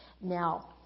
Now